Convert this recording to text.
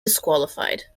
disqualified